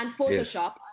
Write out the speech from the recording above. Photoshop